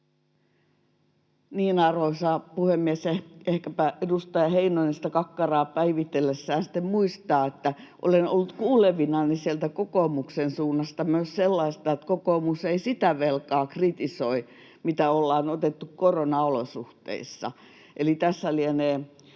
Arvoisa puhemies! Ehkäpä edustaja Heinonen sitä kakkaraa päivitellessään sitten muistaa sen, kun olen ollut kuulevinani sieltä kokoomuksen suunnasta myös sellaista, että kokoomus ei sitä velkaa kritisoi, mitä ollaan otettu koronaolosuhteissa. Eli tässä lienee